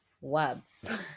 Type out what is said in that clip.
words